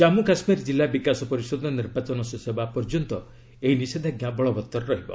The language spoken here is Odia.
ଜାନ୍ଗୁ କାଶ୍ମୀର ଜିଲ୍ଲା ବିକାଶ ପରିଷଦ ନିର୍ବାଚନ ଶେଷ ହେବା ପର୍ଯ୍ୟନ୍ତ ଏହି ନିଷେଧାଜ୍ଞା ବଳବତ୍ତର ରହିବ